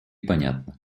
понятна